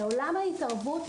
בעולם ההתערבות,